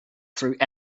through